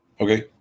okay